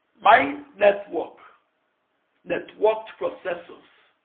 my network networked processors,